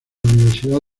universidad